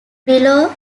below